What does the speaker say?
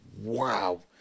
wow